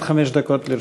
עד חמש דקות לרשותך.